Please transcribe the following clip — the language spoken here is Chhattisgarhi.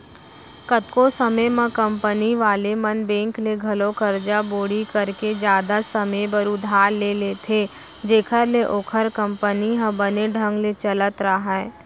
कतको समे म कंपनी वाले मन बेंक ले घलौ करजा बोड़ी करके जादा समे बर उधार ले लेथें जेखर ले ओखर कंपनी ह बने ढंग ले चलत राहय